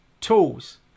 tools